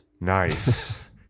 Nice